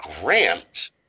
Grant